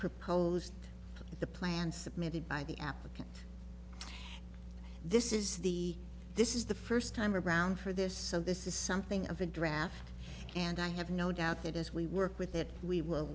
proposed the plan submitted by the applicant this is the this is the first time around for this so this is something of a draft and i have no doubt that as we work with it we will